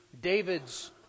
David's